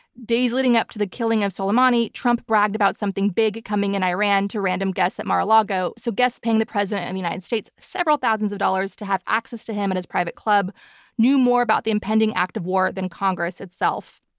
days leading up to the killing of soleimani, trump bragged about something big coming in iran to random guests at mar-a-lago. so guests paying the president of and the united states several thousands of dollars to have access to him at his private club knew more about the impending act of war than congress itself.